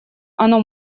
оно